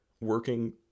working